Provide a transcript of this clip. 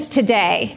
today